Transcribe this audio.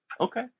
Okay